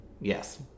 Yes